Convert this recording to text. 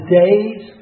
days